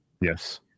Yes